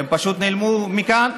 הם פשוט נעלמו מכאן.